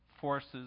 forces